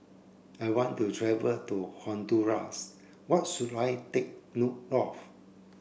I want to travel to Honduras What should I take note of